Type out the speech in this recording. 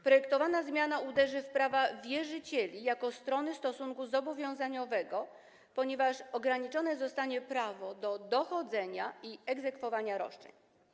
Projektowana zmiana uderzy w prawa wierzycieli jako strony stosunku zobowiązaniowego, ponieważ ograniczone zostanie prawo do dochodzenia i egzekwowania roszczeń.